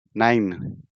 nein